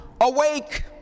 awake